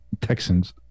Texans